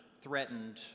threatened